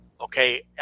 Okay